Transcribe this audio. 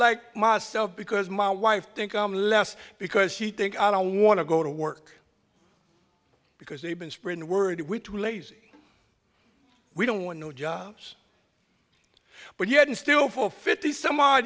like myself because my wife think i'm less because he think i don't want to go to work because they've been spread the word we too lazy we don't want no jobs but yet and still for fifty some odd